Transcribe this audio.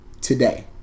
today